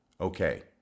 Okay